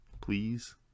please